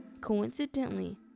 Coincidentally